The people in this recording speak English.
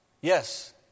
Yes